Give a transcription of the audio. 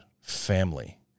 family